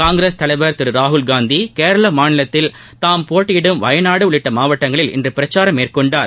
காங்கிரஸ் தலைவர் திரு ராகுல்காந்தி கேரள மாநிலத்தில் தாம் போட்டியிடும் வயநாடு உள்ளிட்ட மாவட்டங்களில் இன்று பிரச்சாரம் மேற்கொண்டார்